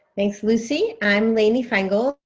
thanks, lucy. i'm lainey feingold.